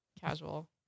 Casual